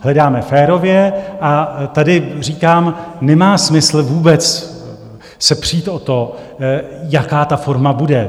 Hledáme férově, a tady říkám, nemá smysl vůbec se přít o to, jaká ta forma bude.